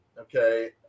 Okay